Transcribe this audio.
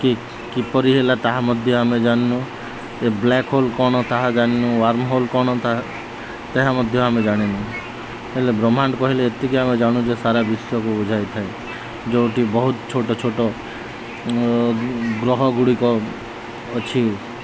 କି କିପରି ହେଲା ତାହା ମଧ୍ୟ ଆମେ ଜାଣିନୁ ଏ ବ୍ଲାକ୍ ହୋଲ୍ କ'ଣ ତାହା ଜାଣିନୁ ୱାର୍ମ ହୋଲ୍ କ'ଣ ତାହା ତାହା ମଧ୍ୟ ଆମେ ଜାଣିନୁ ହେଲେ ବ୍ରହ୍ମାଣ୍ଡ କହିଲେ ଏତିକି ଆମେ ଜାଣୁ ଯେ ସାରା ବିଶ୍ୱକୁ ବୁଝାଇଥାଏ ଯେଉଁଠି ବହୁତ ଛୋଟ ଛୋଟ ଗ୍ରହ ଗୁଡ଼ିକ ଅଛି